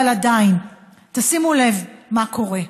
אבל עדיין, תשימו לב מה קורה.